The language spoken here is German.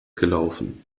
gelaufen